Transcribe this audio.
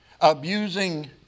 abusing